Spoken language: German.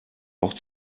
auch